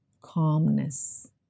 calmness